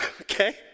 okay